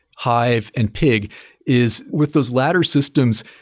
hive and pig is with those latter systems,